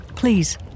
Please